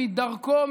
מדרכו,